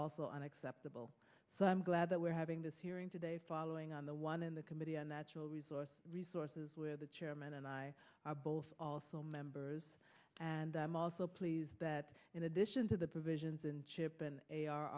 also unacceptable so i'm glad that we're having this hearing today following on the one in the committee a natural resource resources where the chairman and i are both also members and i'm also pleased that in addition to the provisions in chip and a